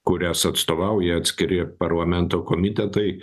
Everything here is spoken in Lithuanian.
kurias atstovauja atskiri parlamento komitetai